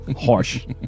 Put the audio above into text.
Harsh